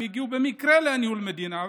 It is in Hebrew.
הם הגיעו במקרה לניהול מדינה.